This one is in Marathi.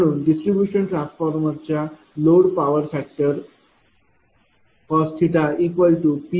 म्हणून डिस्ट्रीब्यूशन ट्रान्सफॉर्मरच्या लोडचा पॉवर फॅक्टर PS20